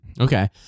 Okay